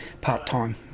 part-time